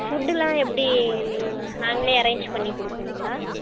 ஃபுட்டெலாம் எப்படி நீங்கள் நாங்களே அரேஞ்ச் பண்ணி கொடுக்கணுங்களா